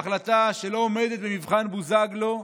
החלטה שלא עומדת במבחן בוזגלו,